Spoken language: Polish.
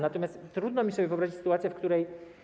Natomiast trudno mi sobie wyobrazić sytuację, w której.